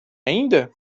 ainda